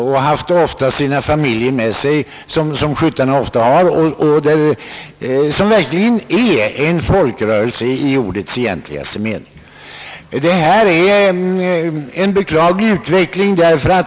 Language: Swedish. Ofta har man i skytterörelsen sina familjer med sig; den är verkligen en folkrörelse i ordets egentligaste mening. Detta är en beklaglig utveckling.